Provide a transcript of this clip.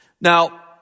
Now